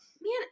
Man